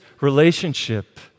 relationship